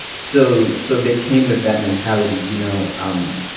so so they came with that mentality. you know um